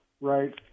right